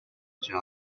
job